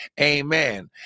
amen